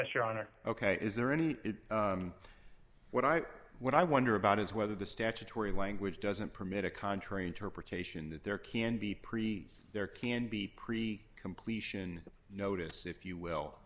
honor ok is there any what i when i wonder about is whether the statutory language doesn't permit a contrary interpretation that there can be pre there can be pre completion notice if you will